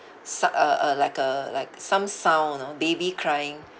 su~ uh uh like uh like some sound you know baby crying